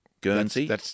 Guernsey